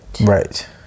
Right